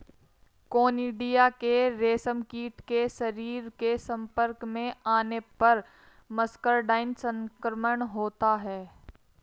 conidia के रेशमकीट के शरीर के संपर्क में आने पर मस्करडाइन संक्रमण होता है